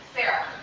Sarah